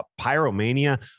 Pyromania